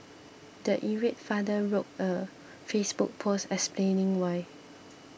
the irate father wrote a Facebook post explaining why